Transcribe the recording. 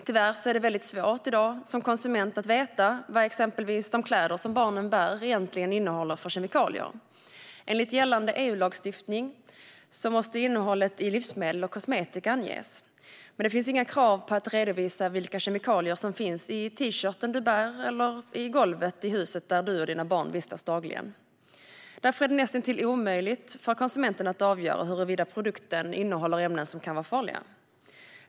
Tyvärr är det väldigt svårt i dag att som konsument veta exempelvis vilka kemikalier som de kläder som barnen bär egentligen innehåller. Enligt gällande EU-lagstiftning måste innehållet i livsmedel och kosmetika anges. Men det finns inga krav på att redovisa vilka kemikalier som finns i t-shirten du bär eller i golvet i huset där du och dina barn dagligen vistas. Därför är det nästintill omöjligt för konsumenten att avgöra huruvida produkten innehåller ämnen som kan vara farliga.